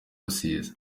rusizi